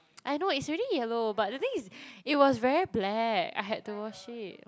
I know it's already yellow but the thing is it was very black I had to wash it